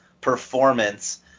performance